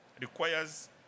requires